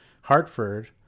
Hartford